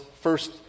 first